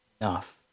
enough